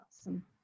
Awesome